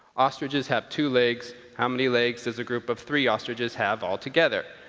ostriches have two legs. how many legs does a group of three ostriches have all together?